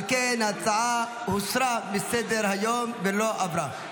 על כן, ההצעה הוסרה מסדר-היום ולא עברה.